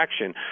action